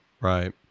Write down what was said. Right